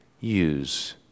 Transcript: use